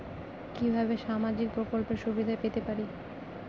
কিভাবে সামাজিক প্রকল্পের সুবিধা পেতে পারি?